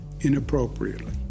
inappropriately